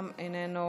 גם איננו,